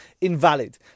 invalid